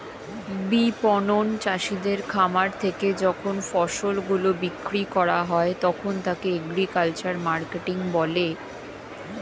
বিপণন চাষীদের খামার থেকে যখন ফসল গুলো বিক্রি করা হয় তখন তাকে এগ্রিকালচারাল মার্কেটিং বলে